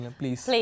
please